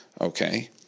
okay